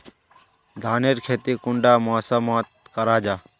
धानेर खेती कुंडा मौसम मोत करा जा?